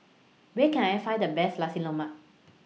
Where Can I Find The Best Nasi Lemak